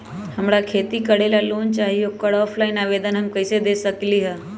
हमरा खेती करेला लोन चाहि ओकर ऑफलाइन आवेदन हम कईसे दे सकलि ह?